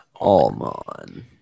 Almond